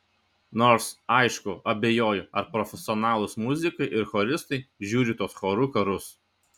nors aišku abejoju ar profesionalūs muzikai ir choristai žiūri tuos chorų karus